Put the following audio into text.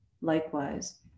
Likewise